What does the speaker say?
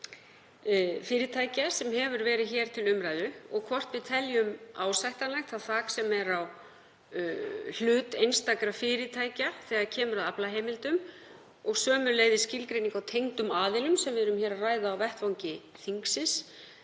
fyrirtækja sem hefur verið hér til umræðu og hvort við teljum ásættanlegt það þak sem er á hlut einstakra fyrirtækja þegar kemur að aflaheimildum og sömuleiðis skilgreiningu á tengdum aðilum sem við erum hér að ræða á vettvangi þingsins.